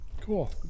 cool